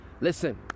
Listen